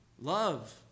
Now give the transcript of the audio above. Love